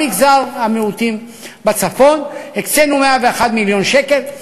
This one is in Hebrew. במגזר המיעוטים בצפון הקצינו 101 מיליון שקל.